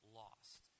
lost